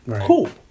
cool